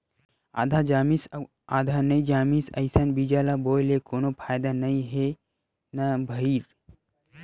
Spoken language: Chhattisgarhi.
आधा जामिस अउ आधा नइ जामिस अइसन बीजा ल बोए ले कोनो फायदा नइ हे न भईर